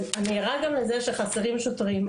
אז אני ערה גם לזה שחסרים שוטרים,